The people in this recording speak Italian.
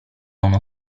uno